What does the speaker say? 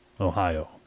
Ohio